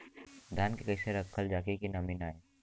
धान के कइसे रखल जाकि नमी न आए?